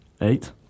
Eight